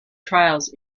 trials